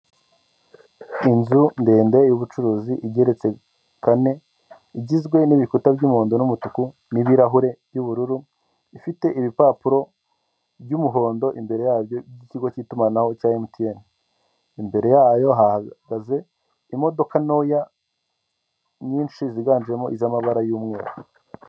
Inzu ndende y'ubucuruzi igereretse kane igizwe n'ibikuta by'umuhondo n'umutuku n'ibirahure by'ubururu, ifite ibipapuro by'umuhondo imbere yabyo by'ikigo cy'itumanaho cya emutiyene, imbere yayo hahagaze imodoka ntoya nyinshi ziganjemo iz'amabara y'umweru.